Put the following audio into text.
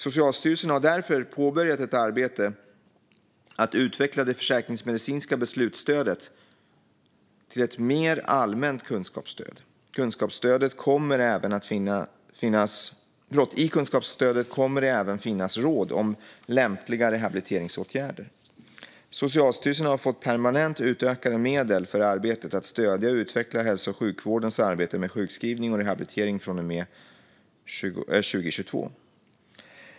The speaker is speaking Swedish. Socialstyrelsen har därför påbörjat ett arbete med att utveckla det försäkringsmedicinska beslutsstödet till ett mer allmänt kunskapsstöd. I kunskapsstödet kommer även att finnas råd om lämpliga rehabiliteringsåtgärder. Socialstyrelsen har fått permanent utökade medel för arbetet med att stödja och utveckla hälso och sjukvårdens arbete med sjukskrivning och rehabilitering från och med 2022.